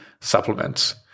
supplements